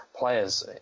Players